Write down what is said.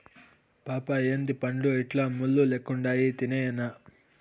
పాపా ఏందీ పండ్లు ఇట్లా ముళ్ళు లెక్కుండాయి తినేయ్యెనా